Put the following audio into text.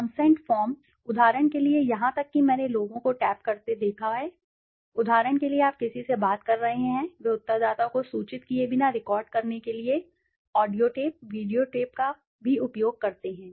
consent forms उदाहरण के लिए यहां तक कि मैंने लोगों को टैप करते हुए देखा है उदाहरण के लिए आप किसी से बात कर रहे हैं वे उत्तरदाता को सूचित किए बिना रिकॉर्ड करने के लिए ऑडियो टेप वीडियो टेप का भी उपयोग करते हैं